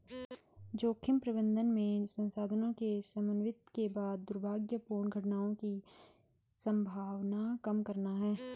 जोखिम प्रबंधन में संसाधनों के समन्वित के बाद दुर्भाग्यपूर्ण घटनाओं की संभावना कम करना है